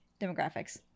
Demographics